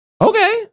okay